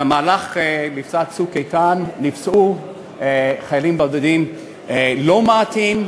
במהלך מבצע "צוק איתן" נפצעו חיילים בודדים לא מעטים,